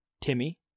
Timmy